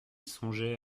songeait